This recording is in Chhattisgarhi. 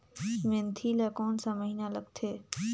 मेंथी ला कोन सा महीन लगथे?